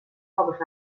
foc